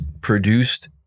produced